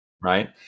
Right